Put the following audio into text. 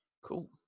Cool